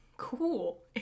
cool